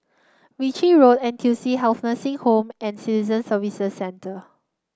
Ritchie Road N T U C Health Nursing Home and Citizen Services Centre